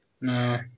No